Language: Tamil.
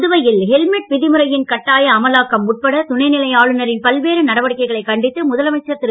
புதுவையில் ஹெல்மெட் விதிமுறையின் கட்டாய அமலாக்கம் உட்பட துணைநிலை ஆளுநரின் பல்வேறு நடவடிக்கைகளைக் கண்டித்து முதலமைச்சர் திரு